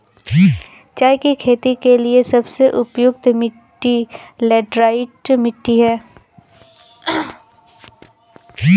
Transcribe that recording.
चाय की खेती के लिए सबसे उपयुक्त मिट्टी लैटराइट मिट्टी है